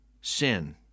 sin